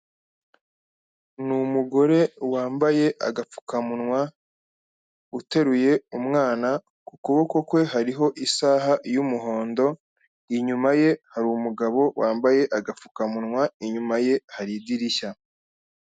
Ni umugore wambaye agapfukamunwa uteruye umwana, ku kuboko kwe hariho isaha y'umuhondo, inyuma ye hari umugabo wambaye agapfukamunwa, inyuma ye hari idirishya.